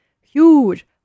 Huge